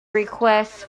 requests